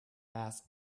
mass